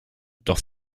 doch